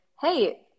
hey